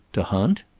to hunt?